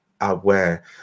aware